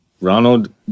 Ronald